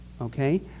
Okay